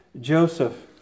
Joseph